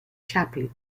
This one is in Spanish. chaplin